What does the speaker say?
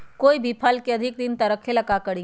कोई भी फल के अधिक दिन तक रखे के ले ल का करी?